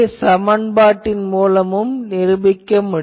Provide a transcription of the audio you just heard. சமன்பாட்டின் மூலமும் நிருபிக்க முடியும்